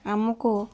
ଆମକୁ